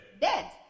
Dead